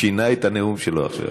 הוא שינה את הנאום שלו עכשיו,